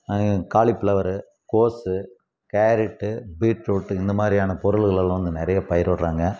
cauliflower கோஸ் carrot beetroot இந்தமாதிரியான பொருள்கள் எல்லாம் வந்து நிறைய பயிரிடுறாங்க